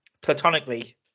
platonically